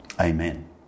Amen